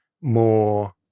more